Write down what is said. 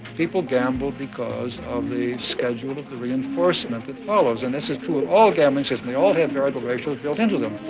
people gamble because of the schedule of the reinforcement that follows, and this is true of all gambling systems, they all have variable ratios built into them.